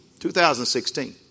2016